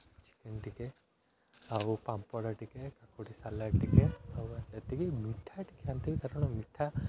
chicken ଟିକିଏ ଆଉ ପାମ୍ପଡ଼ ଟିକିଏ କାକୁଡ଼ି ସାଲାଡ଼୍ ଟିକିଏ ଆଉ ସେତିକି ମିଠା ଟିକିଏ ଆଣିଥିବେ କାରଣ ମିଠା